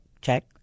check